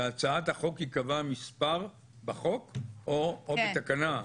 בהצעת החוק יקבע מספר בחוק או בתקנה?